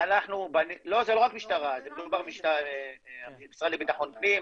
זה לא רק משטרה, זה המשרד לבטחון פנים,